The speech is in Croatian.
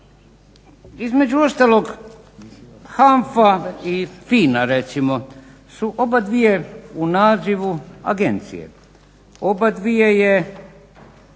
Između ostalog HANFA i FINA recimo su obadvije u nazivu agencije. Obadvije je